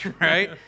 Right